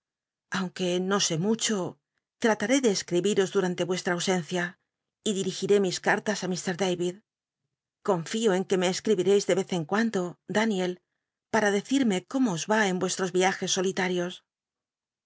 aunque no só mucho tl'atiii'ó de cscibiros durante vueslla ausencia y dirigiró mis cartas á mr tay david confío en que me cscibireis de vez en cuando daniel paa decirme cómo os va en mestros iajcs